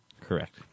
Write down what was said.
Correct